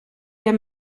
der